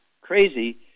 crazy